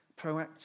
proactive